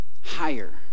higher